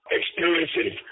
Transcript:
experiencing